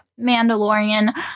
Mandalorian